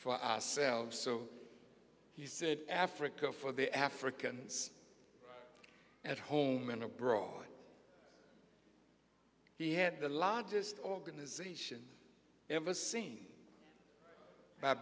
for ourselves so he said africa for the africans at home and abroad he had the largest organization ever seen